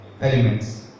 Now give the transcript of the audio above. elements